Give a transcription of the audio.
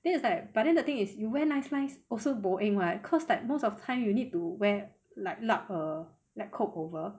then is like but then the thing is you wear nice nice also bo eng [what] cause like most of time you need to wear like lup a lab coat over